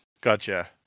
gotcha